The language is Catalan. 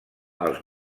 els